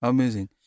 Amazing